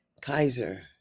Kaiser